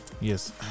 Yes